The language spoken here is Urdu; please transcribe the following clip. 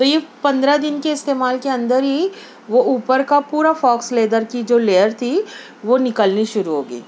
تو یہ پندرہ دن کے استعمال کے اندر ہی وہ اوپر کا پورا فاکس لیدر کی جو لیئر تھی وہ نکلنی شروع ہوگئی